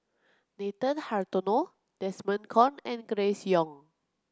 Nathan Hartono Desmond Kon and Grace Young